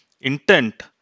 intent